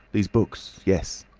those books yes.